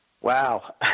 Wow